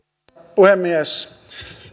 puhemies